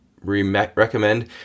recommend